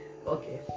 Okay